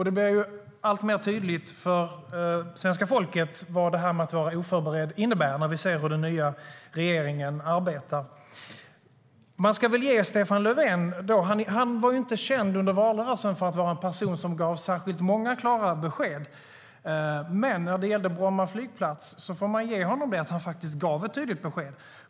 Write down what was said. Det blir alltmer tydligt för svenska folket vad detta med att vara oförberedd innebär, när vi ser hur den nya regeringen arbetar. Stefan Löfven var under valrörelsen inte känd för att vara en person som gav särskilt många klara besked, men när det gällde Bromma flygplats får man ge honom att han faktiskt gav ett tydligt besked.